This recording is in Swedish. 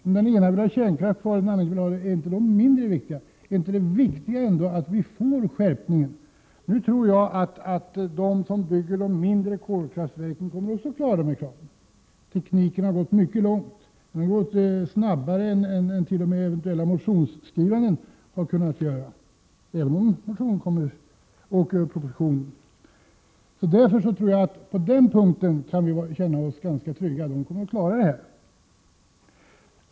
Är det inte mindre viktigt om den ene vill ha kvar kärnkraften och den andre vill ha koleldning? Det viktiga är väl ändå att vi får en skärpning av kraven. Jag tror emellertid att de som bygger de mindre kolkraftverken är socialdemokrater. Tekniken har gått mycket långt. Och den har gått snabbare än t.o.m. den eventuelle motionsskrivaren har kunnat förutse, även om det är möjligt att det kommer motioner och propositioner härom. Därför tror jag att vi kan känna oss ganska trygga - man kommer att klara det här.